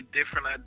Different